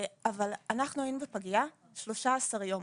אבל אנחנו היינו בפגייה 13 יום.